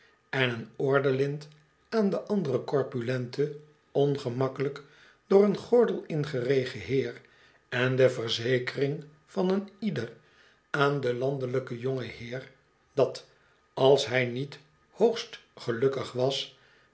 en een ordelint aan den anderen corpulcnten ongemakkelijk door een gordel ingeregen heer en de verzekering van een ieder aan den landelijken jongenheer dat als hij niet hoogst gelukkig was